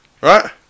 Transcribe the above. right